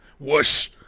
whoosh